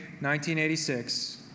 1986